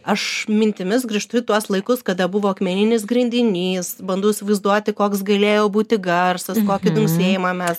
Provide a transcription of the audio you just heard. aš mintimis grįžtu į tuos laikus kada buvo akmeninis grindinys bandau įsivaizduoti koks galėjo būti garsas kokį dunksėjimą mes